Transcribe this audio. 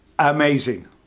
Amazing